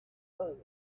others